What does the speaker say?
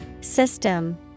System